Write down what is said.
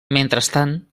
mentrestant